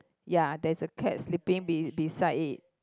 ya there's a cat sleeping be~ beside it